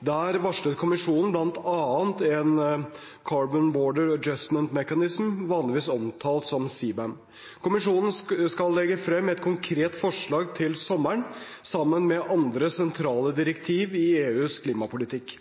Der varslet Kommisjonen bl.a. en Carbon Border Adjustment Mechanism, vanligvis omtalt som CBAM. Kommisjonen skal legge frem et konkret forslag til sommeren, sammen med andre sentrale direktiv i EUs klimapolitikk.